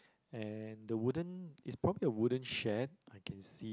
and the wooden is probably a wooden shed I can see